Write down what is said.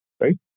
right